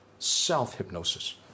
self-hypnosis